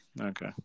Okay